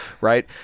right